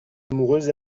amoureuse